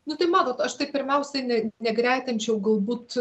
nu tai matot aš taip pirmiausiai ne negretinčiau galbūt